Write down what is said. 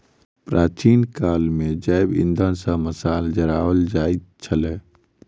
प्राचीन काल मे जैव इंधन सॅ मशाल जराओल जाइत छलै